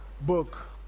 book